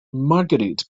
marguerite